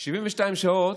72 שעות,